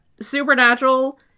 Supernatural